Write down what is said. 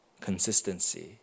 consistency